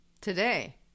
Today